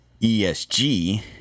ESG